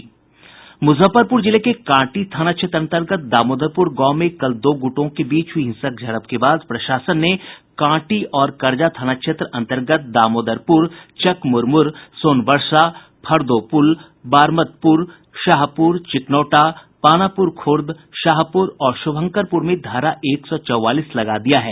मुजफ्फरपुर जिले के कांटी थाना क्षेत्र अंतर्गत दामोदरपुर गांव में कल दो गूटों के बीच हुई हिंसक झड़प के बाद प्रशासन ने कांटी और करजा थाना क्षेत्र अंतर्गत दामोदरपुर चकमुरमुर सोनवर्षा फरदो पुल बारमतपुर शाहपुर चिकनौटा पानापुर खुर्द शाहपुर और शुभंकरपुर में धारा एक सौ चौवालीस लगा दिया है